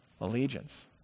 allegiance